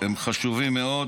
חשובים מאוד